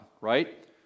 right